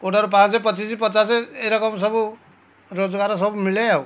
କେଉଁଟାରୁ ପାଞ୍ଚେ ପଚିଶି ପଚାଶେ ଏଇରକମ ସବୁ ରୋଜଗାର ସବୁ ମିଳେ ଆଉ